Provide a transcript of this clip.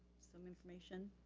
some information,